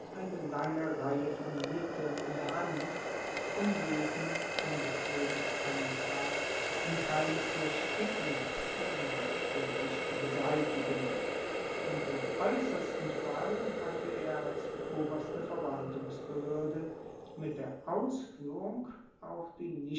eine lange reihe von mitteln in der hand um jeden unbequemen antrag im keime zu ersticken oder nachtraeglich zu beseitigen und im aeussersten fall hatte er als oberste verwaltungsbehoerde mit der ausfuehrung auch die